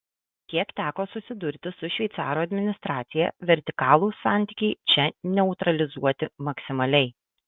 kiek teko susidurti su šveicarų administracija vertikalūs santykiai čia neutralizuoti maksimaliai